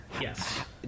yes